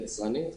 יצרנית,